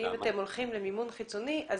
אם אתם הולכים למימון חיצוני,